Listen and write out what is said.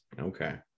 Okay